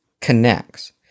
connects